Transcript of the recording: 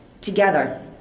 Together